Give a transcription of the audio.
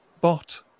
bot